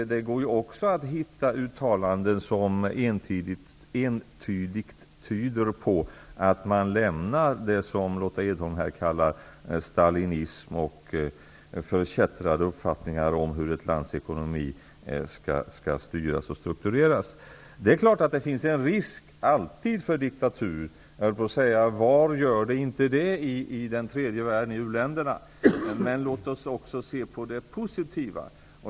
Det går också att hitta uttalanden, som entydigt tyder på att man lämnar det som Lotta Edholm här kallade stalinism och förkättrade uppfattningar om hur ett lands ekonomi skall styras och struktureras. Det finns givetvis alltid en risk för diktatur. Var gör det inte det i tredje världen och u-länderna? Men låt oss också se på det positiva.